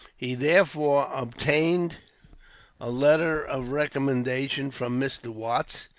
he therefore obtained a letter of recommendation from mr. watts,